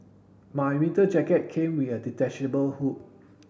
my winter jacket came with a detachable hood